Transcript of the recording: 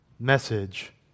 Message